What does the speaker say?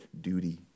duty